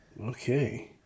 Okay